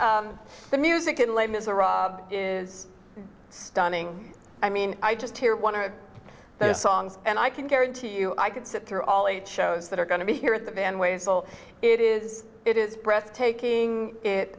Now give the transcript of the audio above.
but the music in les miserables is stunning i mean i just hear one of the songs and i can guarantee you i could sit through all eight shows that are going to be here at the van way so it is it is breathtaking